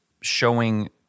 showing